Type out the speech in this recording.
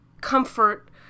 comfort